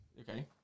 Okay